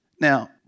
Now